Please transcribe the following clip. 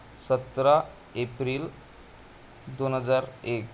सतरा एप्रिल दोन हजार एक